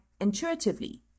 intuitively